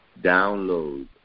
download